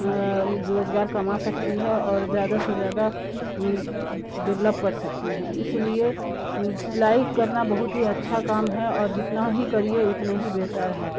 روزگار کما سکتی ہے اور زیادہ سے زیادہ ڈولپ کر سکتی ہے اس لیے سلائی کرنا بہت ہی اچھا کام ہے اور جتنا ہی کریے اتنا ہی بہتر ہے